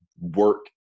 work